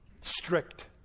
strict